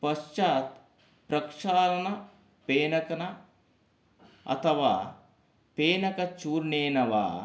पश्चात् प्रक्षालनपेनकेन अथवा पेनकचूर्णेन वा